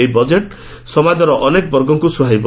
ଏହି ବଜେଟ୍ ସମାଜର ଅନେକ ବର୍ଗଙ୍କୁ ସୁହାଇବ